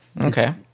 Okay